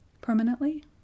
Permanently